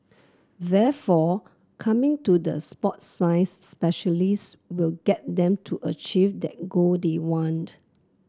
therefore coming to the sport science specialists will get them to achieve that goal they want